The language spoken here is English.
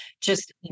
Just-